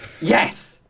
Yes